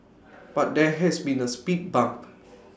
but there has been A speed bump